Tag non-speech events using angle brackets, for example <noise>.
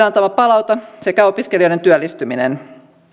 <unintelligible> antama palaute sekä opiskelijoiden työllistyminen